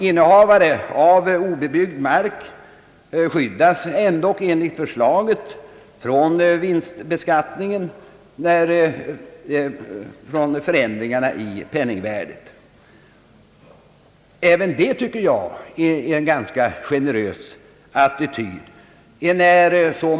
Innehavare av obebyggd mark skyddas ändock enligt förslaget från beskattning av vinst genom förändringar i penningvärdet. Även detta, tycker jag, är en ganska generös attityd.